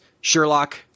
Sherlock